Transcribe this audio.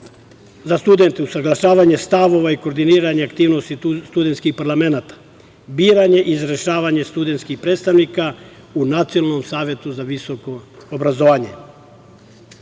za studente, usaglašavanje stavova i koordinisanje aktivnosti studentskih parlamenata, biranje i razrešavanje studentskih predstavnika u Nacionalnom savetu za visoko obrazovanje. Studentski